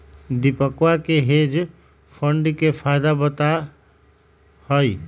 दीपकवा के hedge fund के फायदा पता हई